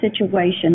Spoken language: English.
situation